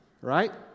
Right